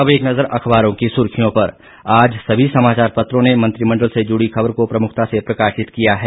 अब एक नजर अखबारों की सुर्खियों पर आज सभी समाचार पत्रों ने मंत्रिमंडल से जुड़ी ख़बर को प्रमुखता से प्रकाशित किया है